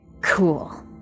Cool